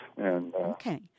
Okay